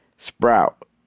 Sprout